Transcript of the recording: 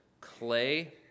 clay